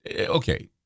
okay